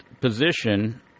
position